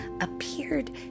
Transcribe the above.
appeared